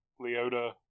Leota